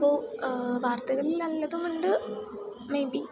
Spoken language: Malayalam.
അപ്പോൾ വാർത്തകളിൽ നല്ലതുമുണ്ട് മേ ബി